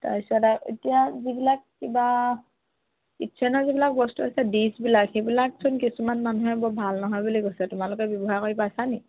তাৰপিছত আৰু এতিয়া যিবিলাক কিবা কিটছেনৰ যিবিলাক বস্তু আছে ডিছবিলাক সেইবিলাক চোন কিছুমান মানুহে বৰ ভাল নহয় বুলি কৈছে তোমালোকে ব্যৱহাৰ কৰি পাইছানি